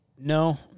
No